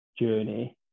journey